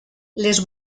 les